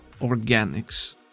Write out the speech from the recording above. Organics